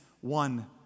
one